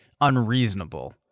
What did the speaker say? unreasonable